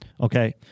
Okay